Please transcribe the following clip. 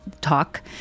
talk